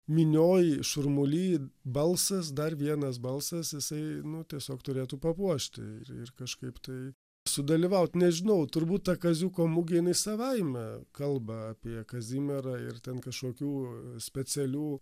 minioj šurmuly balsas dar vienas balsas jisai nu tiesiog turėtų papuošti ir ir kažkaip tai sudalyvaut nežinau turbūt ta kaziuko mugė jinai savaime kalba apie kazimierą ir ten kažkokių specialių